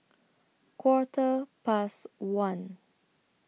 Quarter Past one